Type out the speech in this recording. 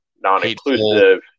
non-inclusive